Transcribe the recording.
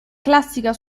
classica